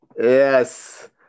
Yes